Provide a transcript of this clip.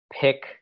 pick